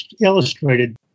illustrated